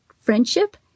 friendship